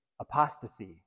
apostasy